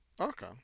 Okay